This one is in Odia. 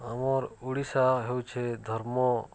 ଆମର୍ ଓଡ଼ିଶା ହେଉଛେ ଧର୍ମ